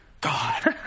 God